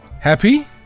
happy